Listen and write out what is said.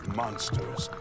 monsters